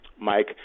Mike